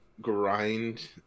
grind